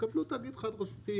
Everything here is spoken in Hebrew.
יקבלו תאגיד חד-רשותי,